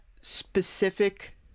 specific